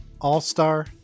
all-star